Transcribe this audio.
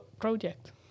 project